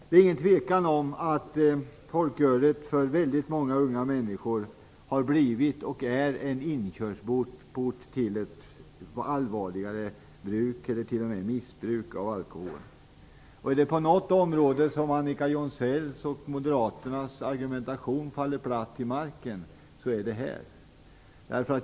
Det är ingen tvekan om att folkölet för väldigt många unga människor har blivit och är en inkörsport till missbruk av alkohol. Är det på något område som Annika Jonsells och Moderaternas argumentation faller platt till marken är det här.